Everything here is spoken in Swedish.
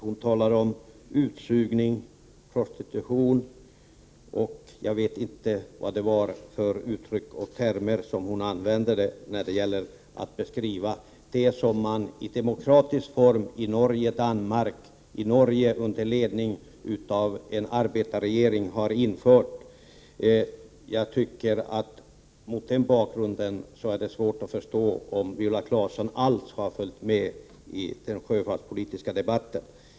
Hon talar om utsugning, 15 december 1988 prostitution, jag vet inte vilka uttryck och termer hon använde för att beskriva det som man i demokratisk form i Norge och Danmark — i Norge under ledning av en arbetarregering — har infört. Mot den bakgrunden är det svårt att förstå om Viola Claesson alls följt med vad som hänt i den sjöfartspolitiska debatten.